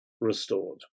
restored